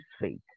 faith